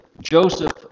Joseph